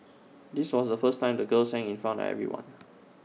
this was the first time the girl sang in front of everyone